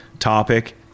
topic